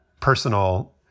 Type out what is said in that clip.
personal